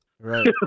Right